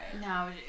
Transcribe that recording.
No